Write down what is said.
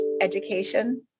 education